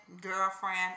girlfriend